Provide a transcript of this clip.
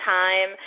time